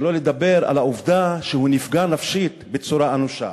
שלא לדבר על העובדה שהוא נפגע נפשית בצורה אנושה.